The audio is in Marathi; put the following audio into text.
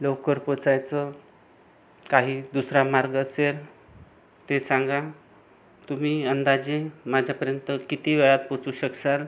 लवकर पोचायचं काही दुसरा मार्ग असेल ते सांगा तुम्ही अंदाजे माझ्यापर्यंत किती वेळात पोचू शकसाल